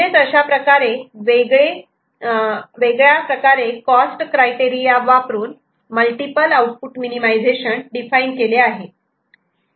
अशा वेगळ्या प्रकारे कॉस्ट क्रायटेरिया वापरून मल्टिपल आउटपुट मिनिमिझेशन डिफाइन केले आहे